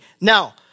Now